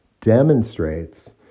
demonstrates